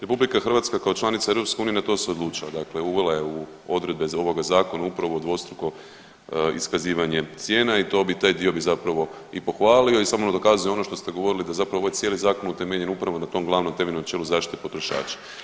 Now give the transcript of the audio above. RH kao članica EU na to se odlučila, dakle uvela je u odredbe ovoga Zakona upravo dvostruko iskazivanje cijena i to bi, taj dio bi zapravo i pohvalio i samo dokazuje ono što ste govorili da zapravo ovaj cijeli Zakon je utemeljen upravo na tom glavnom temeljnom načelu zaštite potrošača.